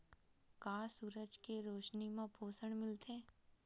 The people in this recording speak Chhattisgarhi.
का सूरज के रोशनी म पोषण मिलथे?